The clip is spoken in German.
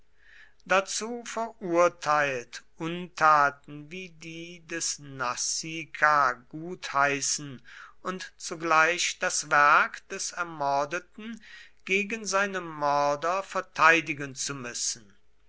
dazu verurteilt untaten wie die des nasica gutheißen und zugleich das werk des ermordeten gegen seine mörder verteidigen zu müssen